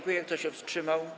Kto się wstrzymał?